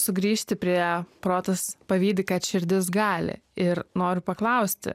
sugrįžti prie protas pavydi kad širdis gali ir noriu paklausti